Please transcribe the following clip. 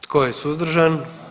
Tko je suzdržan?